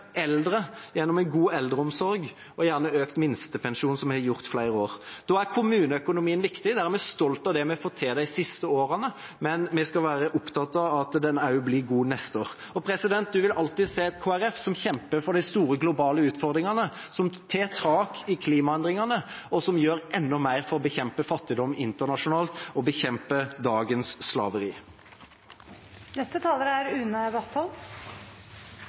eldre gjennom en god eldreomsorg og gjerne økt minstepensjon, som vi har gjort i flere år. Da er kommuneøkonomien viktig. Der er vi stolt av det vi har fått til de siste årene, men vi skal være opptatt av at den også blir god neste år. Vi vil alltid se et Kristelig Folkeparti som kjemper for de store globale utfordringene, som tar tak i klimaendringene, og som gjør enda mer for å bekjempe fattigdom internasjonalt og bekjempe dagens